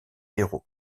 héros